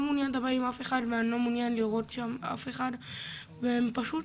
מעוניין לדבר עם אף אחד ואני לא מעוניין לראות שם אף אחד והן פשוט,